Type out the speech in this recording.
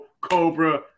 Cobra